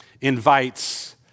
invites